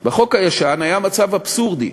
היה מצב אבסורדי,